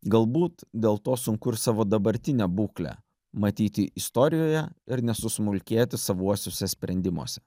galbūt dėl to sunku ir savo dabartinę būklę matyti istorijoje ir nesusmulkėti savuosiuose sprendimuose